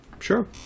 Sure